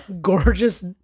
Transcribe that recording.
gorgeous